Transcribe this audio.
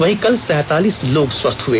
वहीं कल सैंतालीस लोग स्वस्थ हए